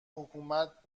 حکومت